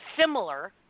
similar